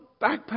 backpack